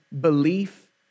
belief